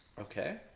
Okay